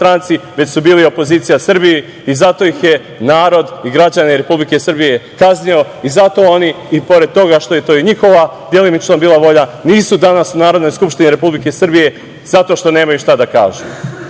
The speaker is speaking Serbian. već su bili opozicija Srbiji i zato su ih narod i građani Republike Srbije kaznili, zato oni, i pored toga što je to bila delimično i njihova volja, nisu danas u Narodnoj skupštini Republike Srbije, zato što nemaju šta da kažu. Danas